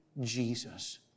Jesus